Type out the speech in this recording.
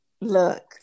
look